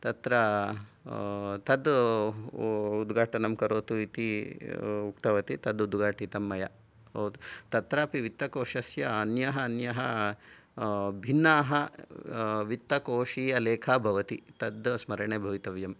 तत्र तद् उद्घाटनं करोतु इति उक्तवती तद् उद्घाटितं मया तत्रापि वित्तकोषस्य अन्यः अन्यः भिन्नाः वित्तकोषीयलेखा भवति तद् स्मरणे भवितव्यम्